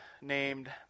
named